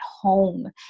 home